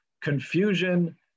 confusion